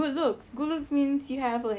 I want to say good looks macam